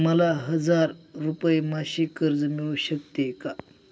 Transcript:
मला हजार रुपये मासिक कर्ज मिळू शकते का?